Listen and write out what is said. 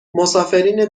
مسافرین